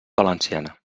valenciana